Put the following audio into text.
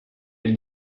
elle